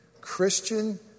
Christian